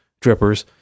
drippers